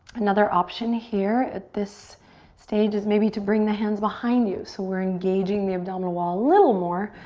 another option here at this stage is maybe to bring the hands behind you. so we're engaging the abdominal wall a little more,